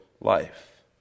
life